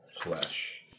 flesh